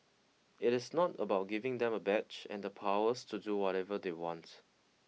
it is not about giving them a badge and the powers to do whatever they want